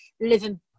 living